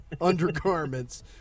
undergarments